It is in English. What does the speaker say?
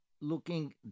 looking